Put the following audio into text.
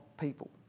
people